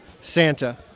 santa